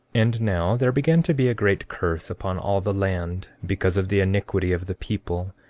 and now there began to be a great curse upon all the land because of the iniquity of the people,